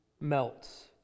melts